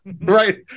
right